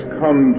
come